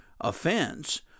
offense